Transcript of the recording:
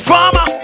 Farmer